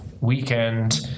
weekend